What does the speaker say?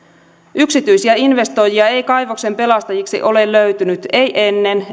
yksityisiä investoijia ei kaivoksen pelastajiksi ole löytynyt ei ennen